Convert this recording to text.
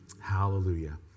Hallelujah